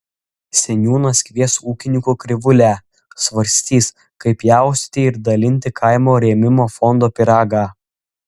seniūnas kvies ūkininkų krivūlę svarstys kaip pjaustyti ir dalinti kaimo rėmimo fondo pyragą